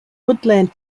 woodland